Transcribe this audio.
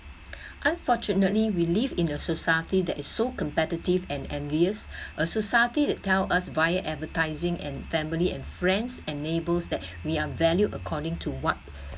unfortunately we live in a society that is so competitive and envious a society that tell us via advertising and family and friends and neighbors that we are valued according to what